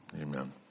Amen